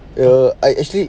ya I actually